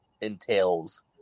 entails